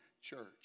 Church